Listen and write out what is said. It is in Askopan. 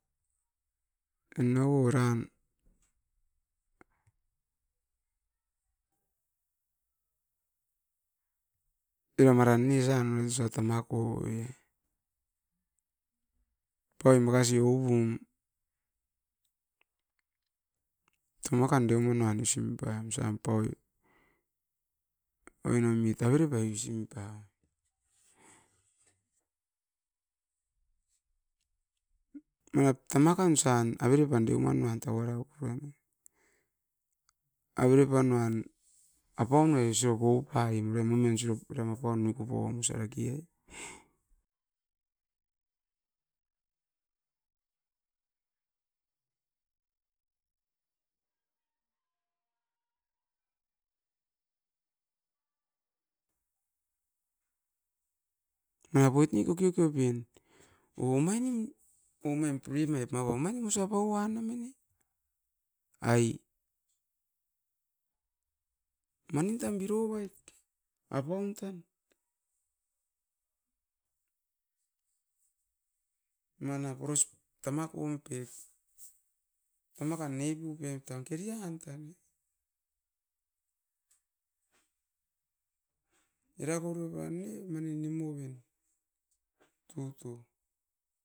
En nau o era maran osa tama kovoi paui makasi oupum tama kan dumanuan usim poim. Oinoimit avere pai usim pawoim manap tama kan osan avere pan deumanuan tau ara purai nanga. Avere panuan apunuai dake miku pauam osa rake ai. Manap oit ne kokoeo pen o omainim osa apuan mine ai? Ai manin tan biro voit apaun tan? Manap oro tamakom pep, tamakan nepum pep tan kerian tan, era koporioan ne tuto nimuoven.